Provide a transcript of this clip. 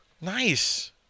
Nice